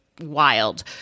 wild